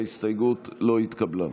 ההסתייגות לא התקבלה.